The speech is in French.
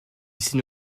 signe